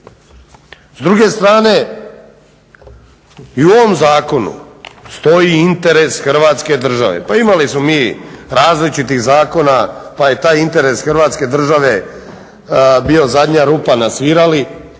S druge strane, i u ovom zakonu stoji interes Hrvatske države. Pa imali smo mi različitih zakona pa je taj interes Hrvatske države bio zadnja rupa na svirali,